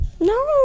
No